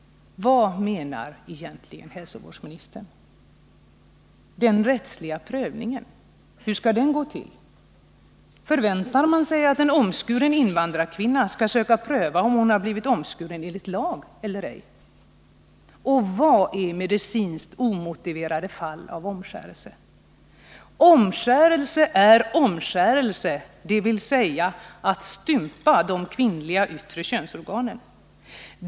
Vad menar egentligen hälsovårdsministern? Den rättsliga prövningen — hur skall den gå till? Förväntar man sig att en omskuren invandrarkvinna skall söka pröva om hon har blivit omskuren enligt lag eller ej? Och vad är medicinskt omotiverade fall av omskärelse? Omskärelse är omskärelse, dvs. att stympa de kvinnliga yttre könsorganen.